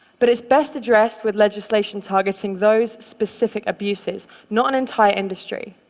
but it's best addressed with legislation targeting those specific abuses, not an entire industry.